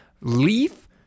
Leaf